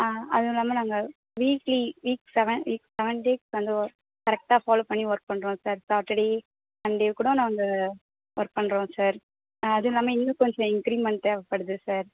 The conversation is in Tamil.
ஆ அதுவும் இல்லால் நாங்கள் weekly week seven week seven days வந்து ஓ கரெக்டாக ஃபாலோவ் பண்ணி ஒர்க் பண்ணுறோம் சார் சாட்டர்டே சண்டே கூட நாங்கள் ஒர்க் பண்ணுறோம் சார் அதெல்லாம இன்னும் கொஞ்சம் இன்க்ரீமெண்ட் தேவைப்படுது சார்